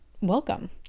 welcome